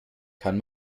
kann